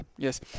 Yes